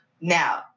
Now